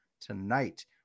tonight